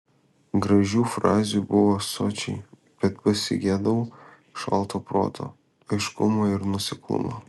gražių frazių buvo sočiai bet pasigedau šalto proto aiškumo ir nuoseklumo